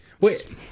Wait